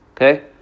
Okay